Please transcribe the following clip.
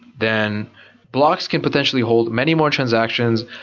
then blocks can potentially hold many more transactions,